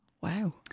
Wow